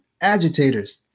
agitators